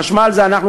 חשמל זה אנחנו,